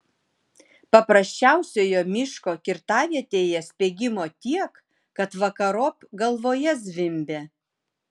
paprasčiausioje miško kirtavietėje spiegimo tiek kad vakarop galvoje zvimbia